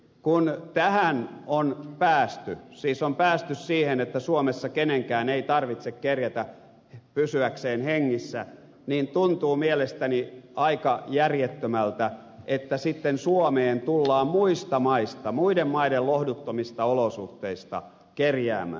kun tähän on päästy siis on päästy siihen että suomessa kenenkään ei tarvitse kerjätä pysyäkseen hengissä niin tuntuu mielestäni aika järjettömältä että sitten suomeen tullaan muista maista muiden maiden lohduttomista olosuhteista kerjäämään